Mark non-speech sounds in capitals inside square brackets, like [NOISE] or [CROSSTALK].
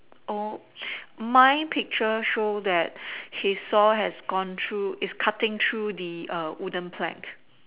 oh [NOISE] my picture show that his saw has gone through is cutting through the err wooden plank